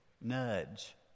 nudge